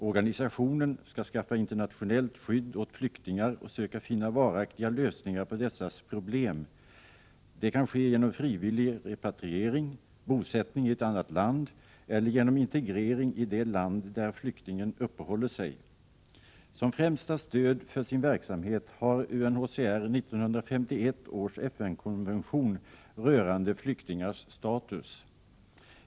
Organisationen skall skaffa internationellt skydd åt flyktingar och söka finna varaktiga lösningar på dessas problem. Det kan ske genom frivillig repatriering, bosättning i ett annat land eller genom integrering i det land där flyktingen uppehåller sig. Som främsta stöd för sin verksamhet har UNHCR 1951 års FN-konvention rörande flyktingars status.